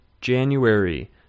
January